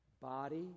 Body